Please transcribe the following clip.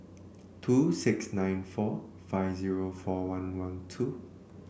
two six nine four five zero four one one two